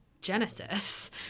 Genesis